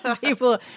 People